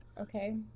okay